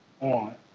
on